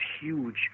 huge